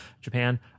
Japan